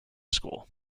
school